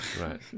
Right